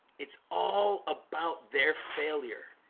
it's all about their failure